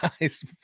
guy's